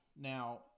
Now